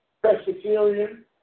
Presbyterian